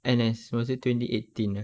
N_S was it twenty eighteen ah